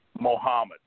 Mohammed